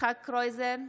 יצחק קרויזר,